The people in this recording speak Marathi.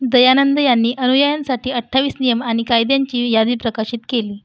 दयानंद यांनी अनुयायांसाठी अठ्ठावीस नियम आणि कायद्यांची यादी प्रकाशित केली